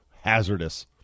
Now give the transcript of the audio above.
Hazardous